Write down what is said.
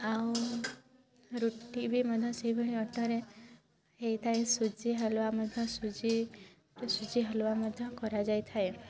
ଆଉ ରୁଟି ବି ମଧ୍ୟ ସେଇଭଳିଆ ଅଟାରେ ହେଇଥାଏ ସୁଜି ହାଲୁଆ ମଧ୍ୟ ସୁଜି ସୁଜି ହାଲୁଆ ମଧ୍ୟ କରାଯାଇଥାଏ